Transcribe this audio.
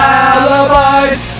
alibis